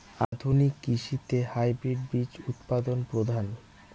আধুনিক কৃষিতে হাইব্রিড বীজ উৎপাদন প্রধান